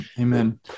Amen